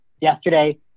yesterday